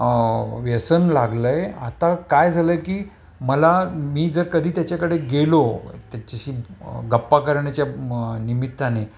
व्यसन लागलंय आता काय झालंय की मला मी जर कधी त्याच्याकडे गेलो त्याच्याशी गप्पा करण्याच्या निमित्ताने